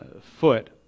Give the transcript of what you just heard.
foot